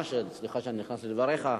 סליחה שאני נכנס לדבריך.